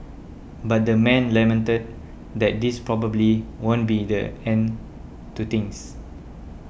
but the man lamented that this probably won't be the end to things